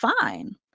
fine